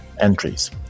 entries